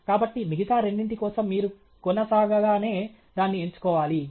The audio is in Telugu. కాబట్టి మిగతా రెండింటి కోసం మీరు కొనసాగగానే దాన్ని ఎంచుకోవాలి